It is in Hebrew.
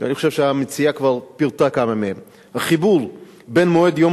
אני חושב שהמציעה כבר פירטה כמה מהן: החיבור בין מועד יום